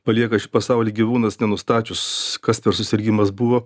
palieka šį pasaulį gyvūnas nenustačius kas per susirgimas buvo